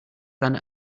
than